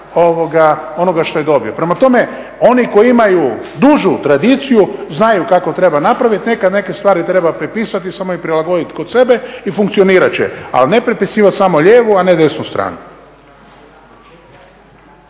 onoga što je dobio. Prema tome, oni koji imaju dužu tradiciju znaju kako treba napraviti. Nekad neke stvari treba prepisati i samo ih prilagoditi kod sebe i funkcionirat će. Ali ne prepisivat samo lijevu, a ne desnu stranu.